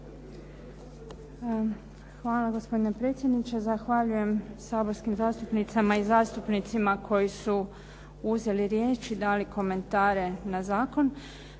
Hvala gospodine predsjedniče. Zahvaljujem saborskim zastupnicama i zastupnicima koji su uzeli riječ i dali komentare na zakon.